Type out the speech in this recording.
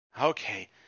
okay